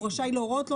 הוא רשאי להורות לו,